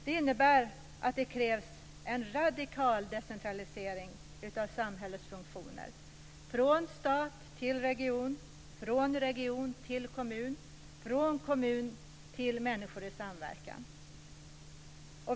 Det innebär att det krävs en radikal decentralisering av samhällets funktioner från stat till region, från region till kommun och från kommun till människor i samverkan.